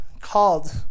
called